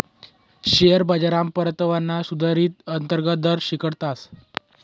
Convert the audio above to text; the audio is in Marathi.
शेअर बाजारमा परतावाना सुधारीत अंतर्गत दर शिकाडतस